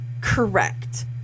correct